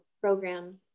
programs